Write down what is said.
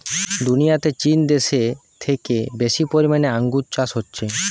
দুনিয়াতে চীন দেশে থেকে বেশি পরিমাণে আঙ্গুর চাষ হচ্ছে